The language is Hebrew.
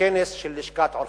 בכנס של לשכת עורכי-הדין.